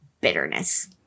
bitterness